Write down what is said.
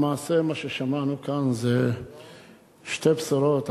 למעשה מה ששמענו כאן זה שתי בשורות: